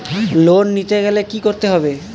Loan নিতে গেলে কি করতে হবে?